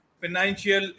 financial